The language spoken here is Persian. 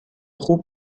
خوب